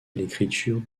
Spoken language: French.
l’écriture